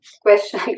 question